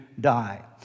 die